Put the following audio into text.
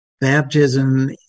Baptism